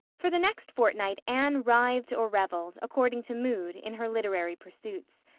for the next fortnight anne writhed or reveled, according to mood, in her literary pursuits.